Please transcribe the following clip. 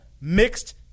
Mixed